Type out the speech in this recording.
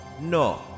No